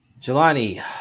Jelani